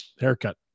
haircut